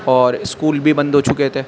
اور اسکول بھی بند ہو چکے تھے